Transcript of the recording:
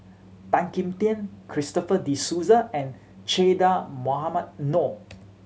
Tan Kim Tian Christopher De Souza and Che Dah Mohamed Noor